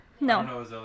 no